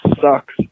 sucks